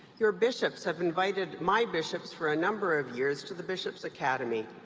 your bishops have invited my bishops for a number of years to the bishops academy.